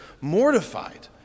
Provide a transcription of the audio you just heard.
mortified